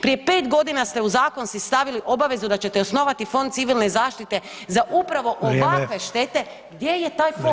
Prije pet godina ste u zakon si stavili obavezu da ćete osnovati Fond Civilne zaštite za upravo ovakve štete [[Upadica Sanader: Vrijeme.]] Gdje je taj fond?